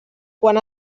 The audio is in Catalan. quan